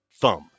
thumb